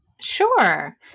Sure